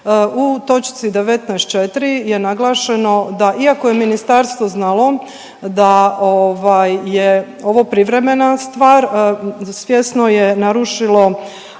U točci 19.4. je naglašeno da iako je ministarstvo znalo, da ovaj je ovo privremena stvar, svjesno je narušilo